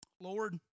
Lord